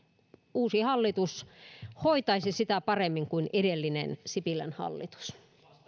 uusi hallitus hoitaisi sitä paremmin kuin edellinen sipilän hallitus